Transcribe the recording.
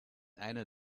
einer